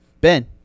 Ben